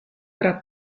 tra